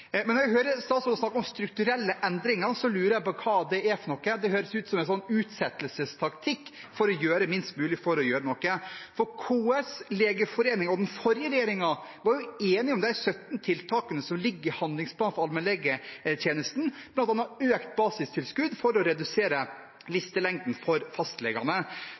Når jeg hører statsråden snakke om strukturelle endringer, lurer jeg på hva det er. Det høres ut som en utsettelsestaktikk for å gjøre minst mulig. KS, Legeforeningen og den forrige regjeringen var enige om de 17 tiltakene som ligger i handlingsplanen for allmennlegetjenesten, bl.a. økt basistilskudd for å redusere listelengden for fastlegene.